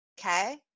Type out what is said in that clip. Okay